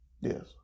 Yes